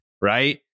right